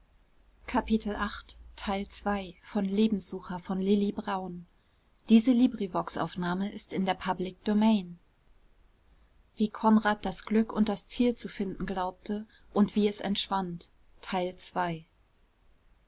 kapitel wie konrad das glück und das ziel zu finden glaubte und wie es entschwand